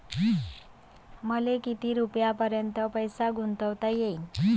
मले किती रुपयापर्यंत पैसा गुंतवता येईन?